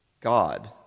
God